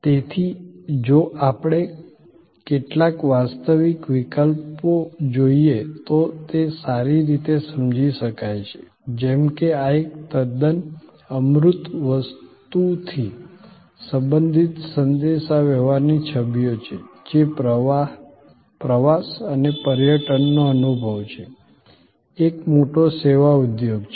તેથી જો આપણે કટલાક વાસ્તવિક વિકલ્પો જોઈએ તો તે સારી રીતે સમજી શકાય છે જેમ કે આ એક તદ્દન અમૂર્ત વસ્તુથી સંબંધિત સંદેશાવ્યવહારની છબીઓ છે જે પ્રવાસ અને પર્યટનનો અનુભવ છે એક મોટો સેવા ઉદ્યોગ છે